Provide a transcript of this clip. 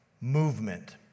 movement